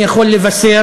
אני יכול לבשר,